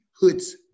Hood's